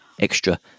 extra